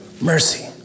Mercy